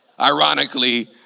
Ironically